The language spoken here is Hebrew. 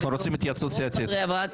אנחנו רוצים התייעצות סיעתית.